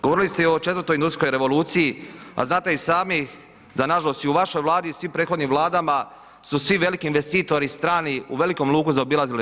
Govorili ste i o 4. industrijskoj revoluciji, a znate i sami da nažalost i u vašoj Vladi i svim prethodnim vladama su svi veliki investitori strani u velikom luku zaobilazili RH.